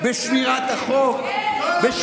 בשמירת החוק, לך יש עניין במינהל תקין?